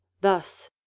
Thus